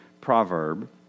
proverb